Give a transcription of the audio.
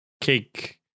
cake